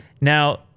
now